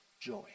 joy